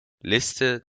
liste